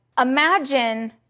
Imagine